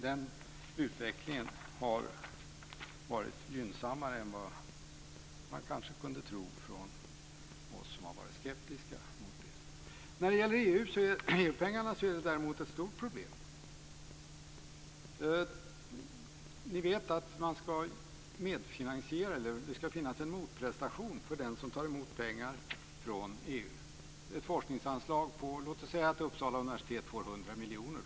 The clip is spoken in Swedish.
Den utvecklingen har varit gynnsammare än vad vi som har varit skeptiska mot det kanske kunde tro. När det gäller EU-pengarna är det däremot ett stort problem. Ni vet att det ska ske en motprestation av den som tar emot pengar från EU. Låt oss säga att Uppsala universitet får 100 miljoner.